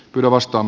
me vastaam